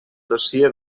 dossier